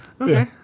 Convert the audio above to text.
Okay